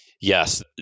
Yes